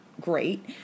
great